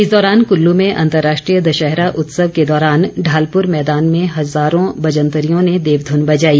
इस दौरान कल्लू में अंतर्राष्ट्रीय दशहरा उत्सव के दौरान ढालपर मैदान में हजारो बजंतरियों ने देवधन बजाई